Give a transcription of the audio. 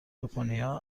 ژاپنیا